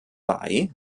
bei